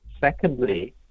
Secondly